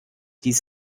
dies